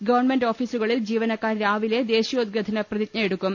government ഓഫീസുകളിൽ ജീവനക്കാർ രാവിലെ ദേശീയോദ്ഗ്രഥന പ്രതിജ്ഞയെടുക്കും